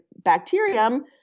bacterium